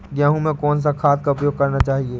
गेहूँ में कौन सा खाद का उपयोग करना चाहिए?